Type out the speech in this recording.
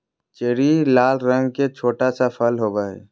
cherry लाल रंग के छोटा सा फल होबो हइ